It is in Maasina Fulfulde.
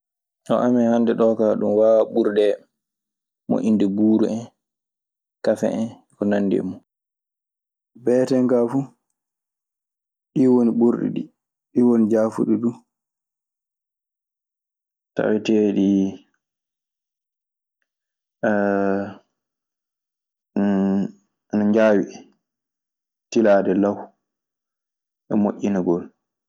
Ɗo amen hannde ɗoo kaa, ɗun waawaa ɓurde moƴƴinde buuru en. Kafe en e ko nanndi e mun, taweteeɗi ana njaawi tilaade law e moƴƴinagol.